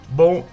bom